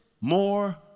more